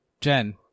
Jen